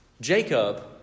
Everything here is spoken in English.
Jacob